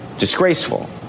Disgraceful